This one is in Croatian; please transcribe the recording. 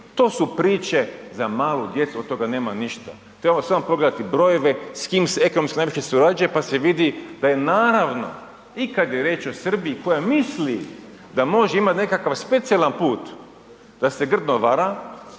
to su priče za malu djecu, od toga nema ništa. Treba samo pogledati brojeve s kim se ekonomski najviše surađuje pa se vidi da je naravno i kada je riječ o Srbiji koja misli da možda ima nekakav specijalan put da se grdno vara,